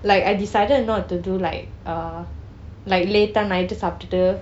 like I decided not to do like uh like late ah night லே சாப்பிட்டு:lei sappitu